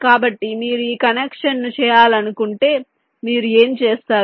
కాబట్టి మీరు ఈ కనెక్షన్ను చేయాలనుకుంటే మీరు ఏమి చేస్తారు